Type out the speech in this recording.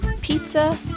pizza